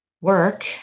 work